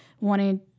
wanted